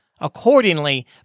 accordingly